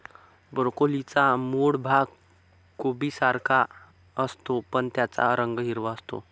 ब्रोकोलीचा मूळ भाग कोबीसारखाच असतो, पण त्याचा रंग हिरवा असतो